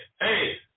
hey